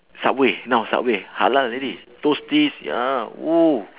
subway now subway halal already toasties ya !woo!